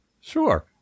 Sure